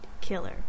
killer